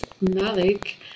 Malik